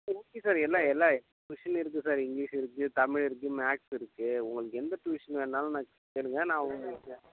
okay sir எல்லா எல்லா ட்யூஷனும் இருக்கு சார் இங்கிலிஷ் இருக்கு தமிழ் இருக்கு மேக்ஸ் இருக்கு உங்களுக்கு எந்த ட்யூஷன் வேணுன்னாலும் கேளுங்கள் நான் உங்களுக்கு